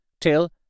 till